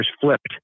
flipped